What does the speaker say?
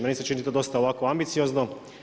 Meni se čini to dosta ovako ambiciozno.